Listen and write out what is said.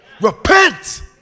repent